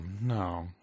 no